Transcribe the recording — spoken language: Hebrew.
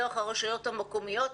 דרך הרשויות המקומיות,